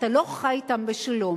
אתה לא חי אתם בשלום.